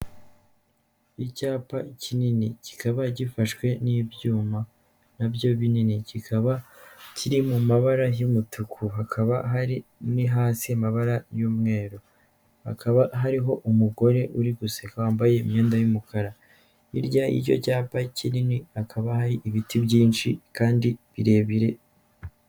Icyapa kinini kikaba gifashwe n'ibyuma na byo binini kikaba kiri mu mabara y'umutuku, hakaba hari ni hasi amabara y'umweru, hakaba hariho umugore uri guseka wambaye imyenda y'umukara, hirya y'icyo cyapa kinini hakaba hari ibiti byinshi kandi birebire.